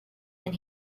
and